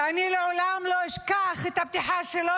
ואני לעולם לא אשכח את הפתיחה שלו,